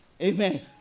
Amen